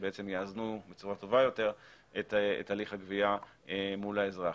שיאזנו בצורה טובה יותר את הליך הגבייה מול האזרח.